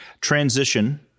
Transition